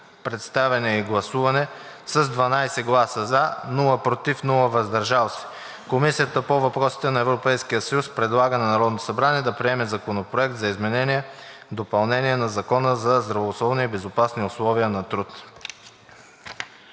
представяне и гласуване с 12 гласа „за“, без „против“ и без „въздържал се“ Комисията по въпросите на Европейския съюз предлага на Народното събрание да приеме Законопроект за изменение и допълнение на Закона за здравословни и безопасни условия на труд,